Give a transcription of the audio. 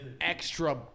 extra